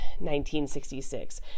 1966